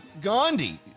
Gandhi